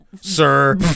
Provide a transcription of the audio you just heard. sir